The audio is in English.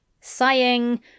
Sighing